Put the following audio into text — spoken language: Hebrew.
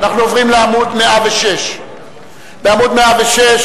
אנחנו עוברים לעמוד 106. בעמוד 106